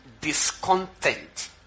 discontent